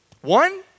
One